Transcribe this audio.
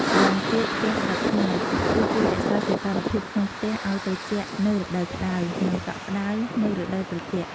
ម្យ៉ាងទៀត ផ្ទះស្លឹកត្នោត គឺជួយរក្សាសីតុណ្ហភាពក្នុងផ្ទះឲ្យត្រជាក់នៅរដូវក្តៅ និងកក់ក្តៅនៅរដូវត្រជាក់។